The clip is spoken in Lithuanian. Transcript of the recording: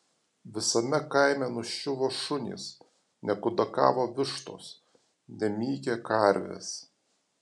visame kaime nuščiuvo šunys nekudakavo vištos nemykė karvės